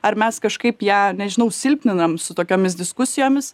ar mes kažkaip ją nežinau silpninam su tokiomis diskusijomis